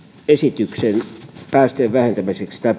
esityksen päästöjen puolittamiseksi ja